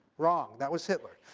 wrong, that was hitler.